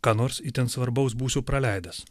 ką nors itin svarbaus būsiu praleidęs